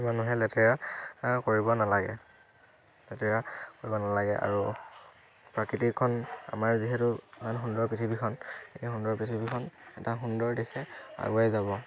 মানুহে লেতেৰা কৰিব নালাগে লেতেৰা কৰিব নালাগে আৰু প্ৰাকৃতিকখন আমাৰ যিহেতু ইমান সুন্দৰ পৃথিৱীখন এই সুন্দৰ পৃথিৱীখন এটা সুন্দৰ দিশে আগুৱাই যাব